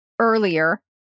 earlier